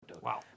wow